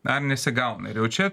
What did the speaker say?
ar nesigauna ir jau čia